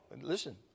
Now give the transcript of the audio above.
listen